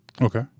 Okay